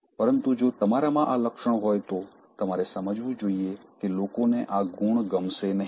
પરંતુ જો તમારામાં આ લક્ષણ હોય તો તમારે સમજવું જોઈએ કે લોકોને આ ગુણ ગમશે નહીં